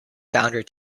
founder